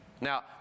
Now